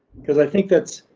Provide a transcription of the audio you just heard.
cause i think that's,